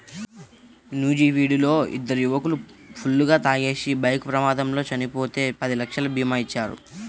నూజివీడులో ఇద్దరు యువకులు ఫుల్లుగా తాగేసి బైక్ ప్రమాదంలో చనిపోతే పది లక్షల భీమా ఇచ్చారు